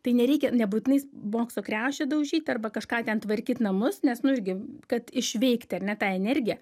tai nereikia nebūtinai bokso kriaušę daužyt arba kažką ten tvarkyt namus nes nu irgi kad išveikti ar ne tą energiją